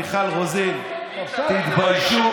מיכל רוזין: תתביישו,